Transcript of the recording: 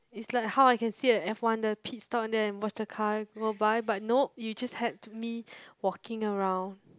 it's like how can I see a F one the pit stop and then watch the car roll by but nope you just had to me walking around